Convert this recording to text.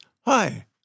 Hi